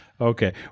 Okay